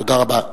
תודה רבה.